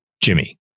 Jimmy